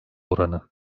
oranı